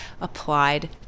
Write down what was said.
applied